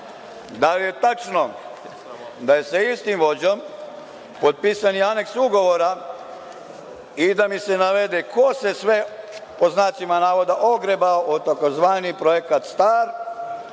li je tačno da je sa istim vođom potpisan i aneks ugovora i da mi se navede ko se sve pod znacima navoda ogrebao od takozvani projekat star